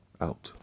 out